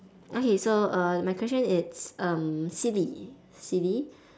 okay so err my question it's um silly silly